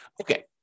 Okay